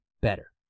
better